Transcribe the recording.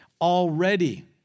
already